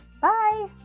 bye